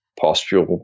postural